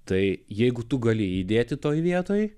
tai jeigu tu gali įdėti toje vietoj